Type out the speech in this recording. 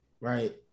Right